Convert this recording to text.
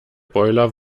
boiler